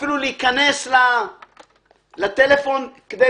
אפילו להיכנס לטלפון כדי